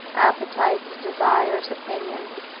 appetites, desires, opinions,